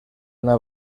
una